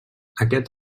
aquest